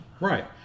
Right